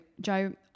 Joe